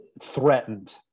threatened